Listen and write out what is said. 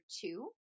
two